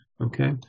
Okay